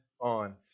on